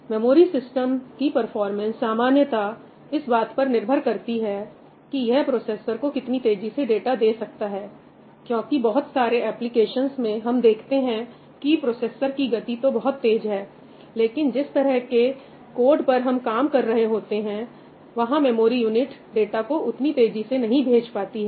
memory system की performance सामान्यतः इस बात पर निर्भर करती है कि यह प्रोसेसर को कितनी तेजी से डाटा दे सकता है क्योंकि बहुत सारे एप्लीकेशंस में हम देखते हैं कि प्रोसेसर की गति तो बहुत तेज हैलेकिन जिस तरह के कोड पर हम काम कर रहे होते हैंवहां मेमोरी यूनिट डाटा को उतनी तेजी से नहीं भेज पाती है